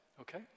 Okay